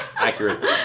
accurate